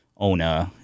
Ona